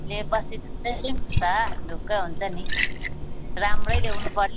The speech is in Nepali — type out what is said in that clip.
लिए पछि ठुलो लिन्छु नि त ढुक्क हुन्छ नि राम्रो ल्याउनु पऱ्यो खप्ने